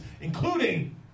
including